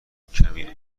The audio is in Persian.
کمی